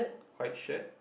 white shirt